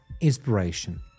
inspiration